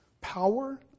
power